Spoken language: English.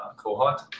cohort